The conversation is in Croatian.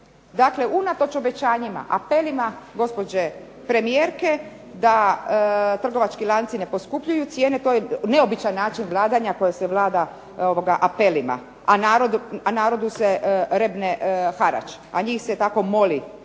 Dakle unatoč obećanjima, apelima gospođe premijerke da trgovački lanci ne poskupljuju cijene to je neobičan način vladanja koja se vlada apelima a narodu se rebne harač, a njih se tako moli.